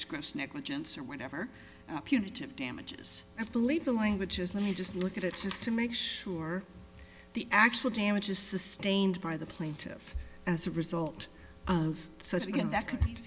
's gross negligence or whatever punitive damages i believe the language is let me just look at it just to make sure the actual damages sustained by the plaintiff as a result of such again that co